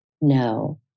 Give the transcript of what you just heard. No